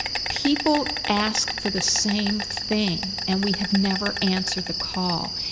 people ask for the same thing and we have never answered the call.